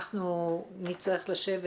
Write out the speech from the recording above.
אנחנו נצטרך לשבת,